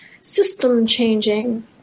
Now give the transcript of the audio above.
system-changing